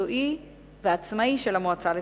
המקצועי והעצמאי של המועצה לצרכנות.